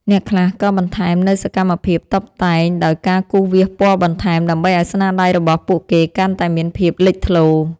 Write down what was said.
អ្នកខ្លះក៏បន្ថែមនូវសកម្មភាពតុបតែងដោយការគូរវាសពណ៌បន្ថែម ដើម្បីឱ្យស្នាដៃរបស់ពួកគេកាន់តែមានភាពលេចធ្លោ។